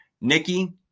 Nikki